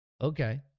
Okay